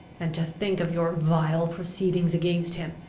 and to think of your vile proceedings against him,